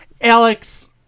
Alex